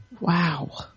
Wow